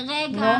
רגע,